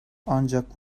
ancak